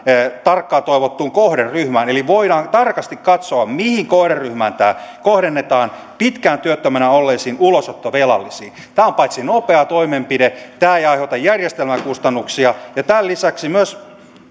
tarkkaan toivottuun kohderyhmään eli voidaan tarkasti katsoa mihin kohderyhmään tämä kohdennetaan pitkään työttömänä olleisiin ulosottovelallisiin tämä on nopea toimenpide tämä ei aiheuta järjestelmäkustannuksia ja tämän lisäksi